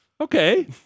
Okay